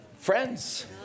Friends